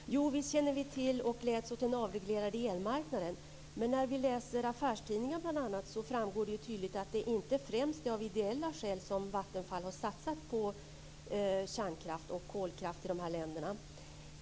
Herr talman! Jo, visst känner vi till och gläds åt den avreglerade elmarknaden. Men när vi läser affärstidningar bl.a. framgår det tydligt att det inte är främst av ideella skäl som Vattenfall har satsat på kärnkraft och kolkraft i de här länderna.